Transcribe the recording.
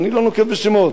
אני לא נוקב בשמות,